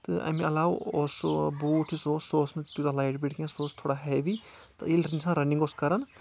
تہٕ اَمہِ علاوٕ اوس سُہ بوٗٹھ یُس سُہ اوس سُہ اوس نہٕ تیوٗتاہ لایِٹ وَیٹ کینٛہہ سُہ اوس تھوڑا ہیٚوی تہٕ ییٚلہِ اِنسان رَنِنٛگ اوس کَران